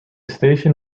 station